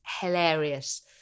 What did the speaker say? hilarious